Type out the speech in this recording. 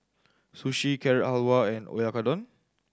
Sushi Carrot Halwa and Oyakodon